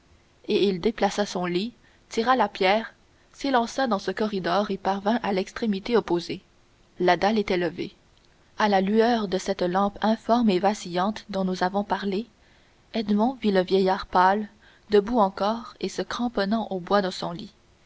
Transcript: et il déplaça son lit tira la pierre s'élança dans le corridor et parvint à l'extrémité opposée la dalle était levée à la lueur de cette lampe informe et vacillante dont nous avons parlé edmond vit le vieillard pâle debout encore et se cramponnant au bois de son lit